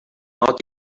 not